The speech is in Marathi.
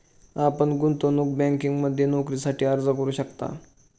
आपण गुंतवणूक बँकिंगमध्ये नोकरीसाठी अर्ज करू शकता